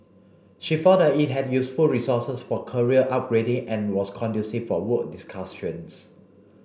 she found that it had useful resources for career upgrading and was conducive for work discussions